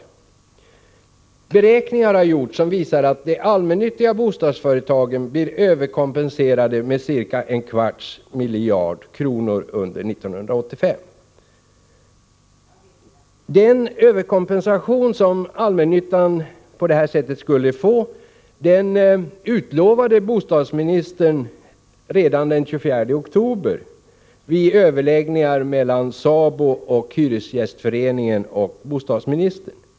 Beräkningar har gjorts som visar att de allmännyttiga bostadsföretagen blir överkompenserade med ca en kvarts miljard kronor under år 1985.” Den överkompensation som allmännyttan på det här sättet skulle få utlovade bostadsministern redan den 24 oktober i överläggningar mellan SABO, hyresgästernas företrädare och bostadsministern.